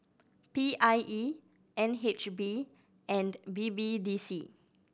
P I E N H B and B B D C